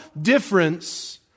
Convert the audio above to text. difference